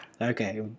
okay